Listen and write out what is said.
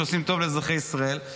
שעושים טוב לאזרחי ישראל.